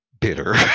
bitter